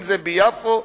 אם ביפו,